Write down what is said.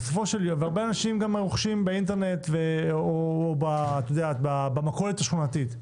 הרבה אנשים רוכשים באינטרנט או במכולת השכונתית.